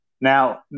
Now